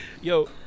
Yo